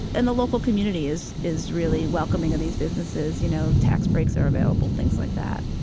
and the local community is is really welcoming of these businesses. you know, tax breaks are available, things like that.